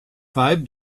five